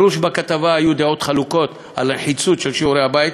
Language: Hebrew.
ברור שבכתבה היו דעות חלוקות על הנחיצות של שיעורי הבית,